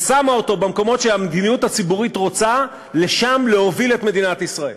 ושמה אותו במקומות שהמדיניות הציבורית רוצה להוביל לשם את מדינת ישראל.